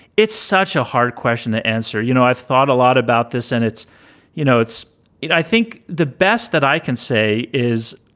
it's such a hard question to answer. you know, i thought a lot about this. and it's you know, it's i think the best that i can say is,